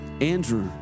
Andrew